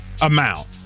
amount